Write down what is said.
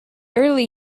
early